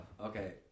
Okay